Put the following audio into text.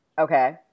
Okay